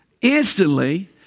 instantly